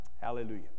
Hallelujah